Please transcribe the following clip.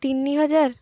ତିନି ହଜାର